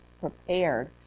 prepared